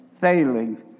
failing